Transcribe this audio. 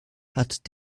hat